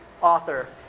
author